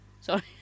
Sorry